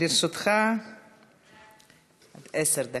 לרשותך עד עשר דקות.